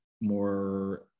more